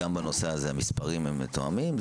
גם בנושא הזה המספרים הם מתואמים?